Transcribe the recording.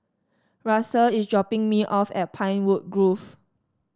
Russell is dropping me off at Pinewood Grove